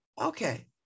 Okay